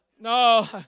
No